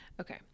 Okay